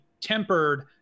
tempered